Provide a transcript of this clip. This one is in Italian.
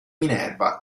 minerva